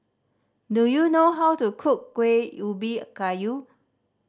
do you know how to cook Kuih Ubi Kayu